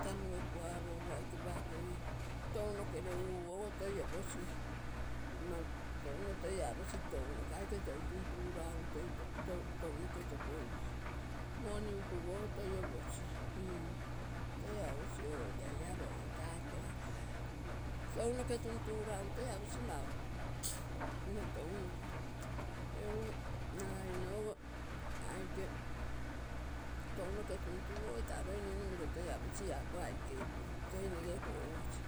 Tamu o ekuaro uguogo toi oposio tee aike pake tounoke leguogo toi oposio. touno toi aposi tounokaike touno tuntuguragu toi tounoke tokoi posi. moni ukuguogo toi oposi, toi aposi oo iaia logio taa aike logio. tounoke tuntuguragu toi aposi mne mau tounoke negu nagainogo aike tounoke tuntugu taa loi ninu miro toi aposi iaa ako aike opio toi nego kogokosi.